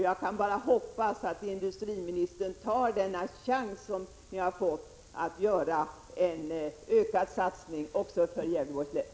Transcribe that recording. Jag kan bara hoppas att industriministern tar den chans som ni har fått att göra en ökad satsning också för Gävleborgs län.